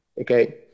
Okay